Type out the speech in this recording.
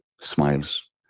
smiles